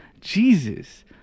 Jesus